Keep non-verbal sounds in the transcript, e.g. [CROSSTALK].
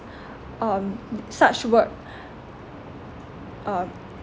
um such work [BREATH] um